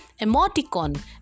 Emoticon